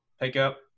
pickup